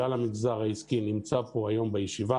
כלל המגזר העסקי נמצא פה היום בישיבה,